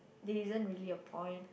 that isn't really a point